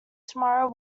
tomorrow